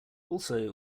also